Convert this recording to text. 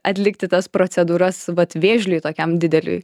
atlikti tas procedūras vat vėžliui tokiam dideliui